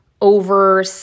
over